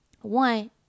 one